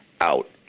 Out